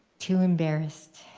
too embarrassed